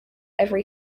every